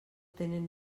tenen